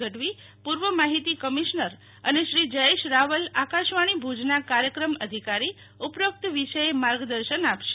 ગઢવી પૂર્વ માહીતી કમિશ્નર અને શ્રી જયેશ રાવલ આકાશવાણી ભૂજના કાર્યક્રમ અધિકારી ઉપરોક્ત વિષયે માર્ગદર્શન આપશે